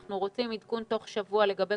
אנחנו רוצים תוך שבוע לקבל עדכון לגבי